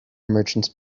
merchants